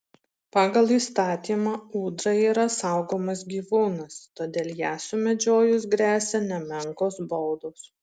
pagal įstatymą ūdra yra saugomas gyvūnas todėl ją sumedžiojus gresia nemenkos baudos